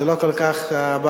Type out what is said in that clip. זה לא כל כך בעיה,